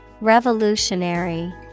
Revolutionary